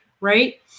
Right